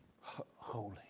holy